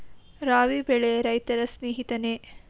ರಾಬಿ ಬೆಳೆ ರೈತರ ಸ್ನೇಹಿತನೇ?